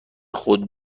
خود